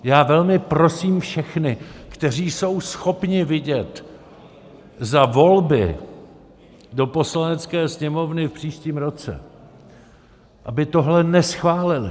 Já velmi prosím všechny, kteří jsou schopni vidět za volby do Poslanecké sněmovny v příštím roce, aby tohle neschválili.